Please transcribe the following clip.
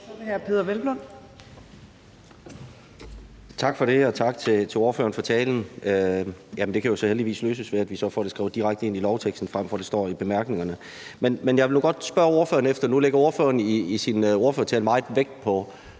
Peder Hvelplund (EL): Tak for det, og tak til ordføreren for talen. Det kan jo så heldigvis løses ved, at vi får det skrevet direkte ind i lovteksten, frem for at det står i bemærkningerne. Men jeg vil nu godt spørge ordføreren om noget andet. Nu lægger ordføreren i sin ordførertale meget vægt på